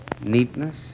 Neatness